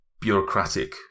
bureaucratic